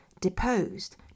deposed